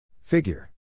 Figure